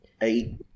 eight